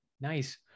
Nice